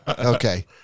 Okay